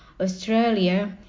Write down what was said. Australia